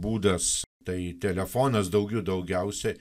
būdas tai telefonas daugių daugiausia